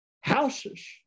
houses